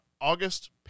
August